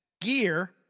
gear